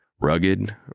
Rugged